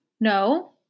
no